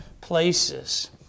places